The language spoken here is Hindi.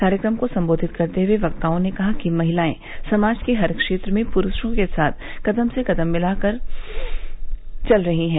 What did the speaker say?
कार्यक्रम को सम्बोधित करते हये वक्ताओं ने कहा कि महिलायें समाज के हर क्षेत्र में पुरूषों के साथ कदम से कदम बढ़ाकर चल रही हैं